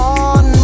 on